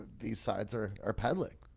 these sides or are peddling